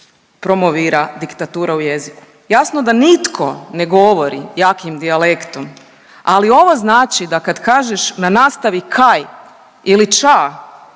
promovira diktatura u jeziku. Jasno da nitko ne govori jakim dijalektom, ali ovo znači da kad kažem na nastavi „kaj“ ili „ča“